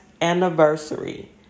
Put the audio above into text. anniversary